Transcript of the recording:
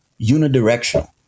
unidirectional